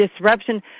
Disruption